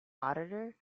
auditor